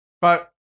But-